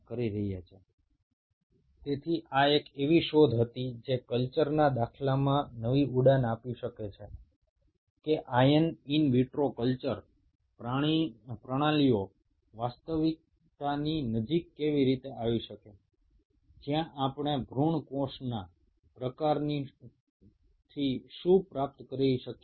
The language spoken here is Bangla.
তাহলে এটি হলো অন্যতম আবিষ্কার যা এই কালচারাল দৃষ্টান্তগুলোতে নতুন দিশার সৃষ্টি করেছে যে কিভাবে ইনভিট্রো কালচার সিস্টেম বাস্তবের খুব কাছাকাছি চলে আসতে পারে আমরা এমব্রায়োনিক কোষের মাধ্যমে কী অর্জন করতে পারি ইত্যাদি